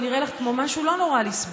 הוא נראה לך כמו משהו לא נורא לסבול.